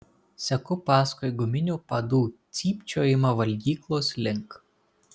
seku paskui guminių padų cypčiojimą valgyklos link